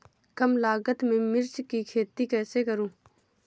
कम लागत में मिर्च की खेती कैसे करूँ?